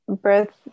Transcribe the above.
birth